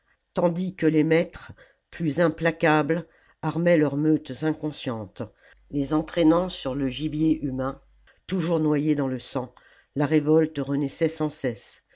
tandis que les maîtres plus implacables armaient leurs meutes inconscientes les entraînant sur le gibier humain toujours noyée dans le sang la révolte renaissait sans cesse